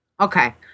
Okay